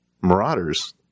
Marauders